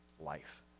life